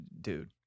dude